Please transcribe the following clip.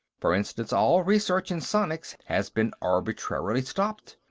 for instance, all research in sonics has been arbitrarily stopped.